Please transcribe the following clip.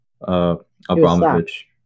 Abramovich